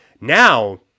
Now